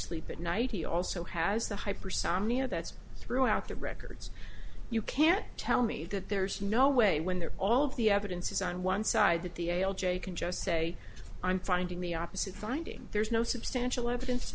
sleep at night he also has the hypersomnia that's throughout the records you can't tell me that there's no way when they're all of the evidence is on one side that the a l j can just say i'm finding the opposite finding there's no substantial evidence